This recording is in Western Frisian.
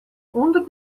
ûnder